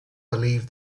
believe